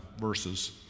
verses